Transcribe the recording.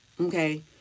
Okay